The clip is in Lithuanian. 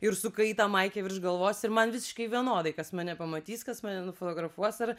ir sukai tą maikę virš galvos ir man visiškai vienodai kas mane pamatys kas mane nufotografuos ar